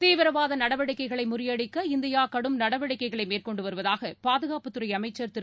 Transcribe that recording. தீவிரவாத நடவடிக்கைகளை முறியடிக்க இந்தியா கடும் நடவடிக்கைகளை மேற்கொண்டு வருவதாக பாதுகாப்புத்துறை அமைச்சர் திரு